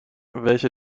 welche